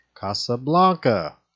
Casablanca